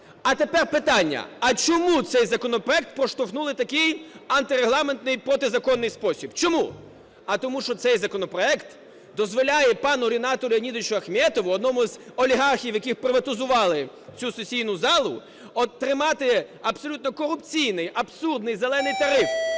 А тепер питання: а чому цей законопроект проштовхнули в такий антирегламентний, протизаконний спосіб? Чому? А тому, що цей законопроект дозволяє пану Рінату Леонідовичу Ахметову, одному з олігархів, які приватизували цю сесійну залу, от тримати абсолютно корупційний, абсурдний "зелений" тариф,